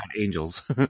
angels